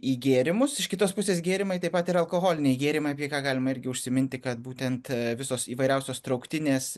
į gėrimus iš kitos pusės gėrimai taip pat ir alkoholiniai gėrimai apie ką galima irgi užsiminti kad būtent visos įvairiausios trauktinės